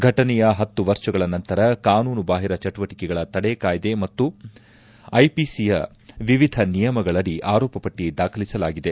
ಫಟನೆಯ ಹತ್ತು ವರ್ಷಗಳ ನಂತರ ಕಾನೂನುಬಾಹಿರ ಚಟುವಟಕೆಗಳ ತಡೆ ಕಾಯ್ದೆ ಮತ್ತು ಐಪಿಸಿಯ ವಿವಿಧ ನಿಯಮಗಳಡಿ ಆರೋಪಪಟ್ಟಿ ದಾಖಲಿಸಲಾಗಿದೆ